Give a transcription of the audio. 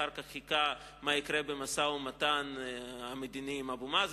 אחר כך הוא חיכה מה יקרה במשא-ומתן המדיני עם אבו מאזן,